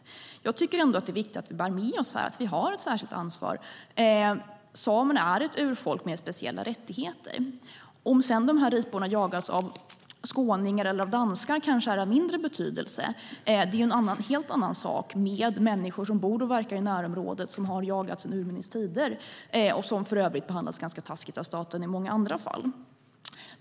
Jag tycker ändå att det är viktigt att vi bär med oss att vi har ett särskilt ansvar. Samerna är ett urfolk med speciella rättigheter. Om sedan de här riporna jagas av skåningar eller danskar kanske är av mindre betydelse. Det är en helt annan sak med människor som bor och verkar i närområdet, som har jagat sedan urminnes tider och som för övrigt behandlas ganska taskigt av staten i många andra fall.